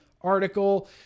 article